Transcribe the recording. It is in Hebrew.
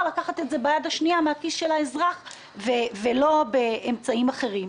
לקחת את זה ביד השנייה מהכיס של האזרח ולא באמצעים אחרים.